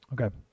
Okay